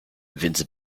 więc